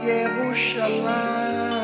Yerushalayim